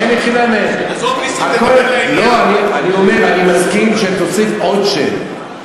האם התחיל, עזוב, נסים, תדבר לעניין.